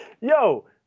yo